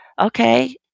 okay